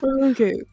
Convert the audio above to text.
Okay